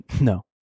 No